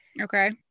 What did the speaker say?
okay